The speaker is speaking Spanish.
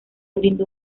brindó